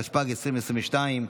התשפ"ג 2022,